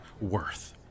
worth